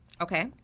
Okay